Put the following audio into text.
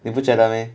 你不觉得 meh